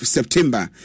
September